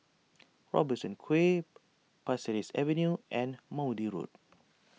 Robertson Quay Pasir Ris Avenue and Maude Road